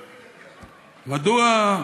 מדוע,